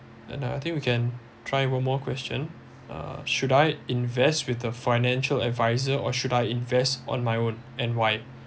and uh I think we can try one more question uh should I invest with the financial advisor or should I invest on my own and why